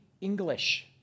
English